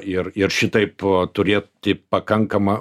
ir ir šitaip turėti pakankamą